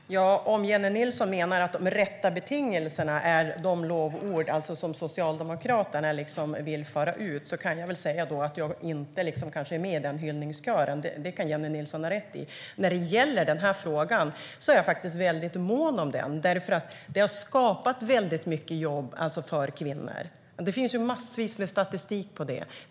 Herr talman! Om Jennie Nilsson menar att de rätta betingelserna är de lovord som Socialdemokraterna vill föra ut kan jag väl säga att jag kanske inte är med i den hyllningskören. Det kan Jennie Nilsson ha rätt i. När det gäller den här frågan är jag faktiskt väldigt mån om detta, för det har skapat väldigt mycket jobb för kvinnor. Det finns massvis med statistik på det.